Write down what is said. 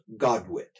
godwit